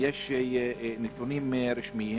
נתונים רשמיים.